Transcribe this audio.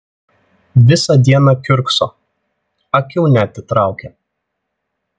visą dieną kiurkso akių neatitraukia